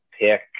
pick